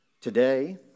Today